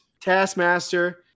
Taskmaster